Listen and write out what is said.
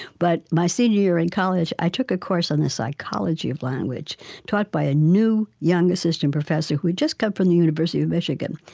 but my senior year in college i took a course on the psychology of language taught by a new, young assistant professor who had just come from the university of michigan.